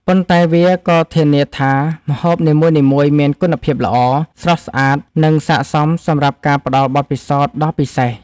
ប៉ុន្តែវាក៏ធានាថាម្ហូបនីមួយៗមានគុណភាពល្អ, ស្រស់ស្អាត, និងស័ក្ដសមសម្រាប់ការផ្ដល់បទពិសោធន៍ដ៏ពិសេស។